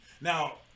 Now